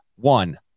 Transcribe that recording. one